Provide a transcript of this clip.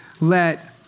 let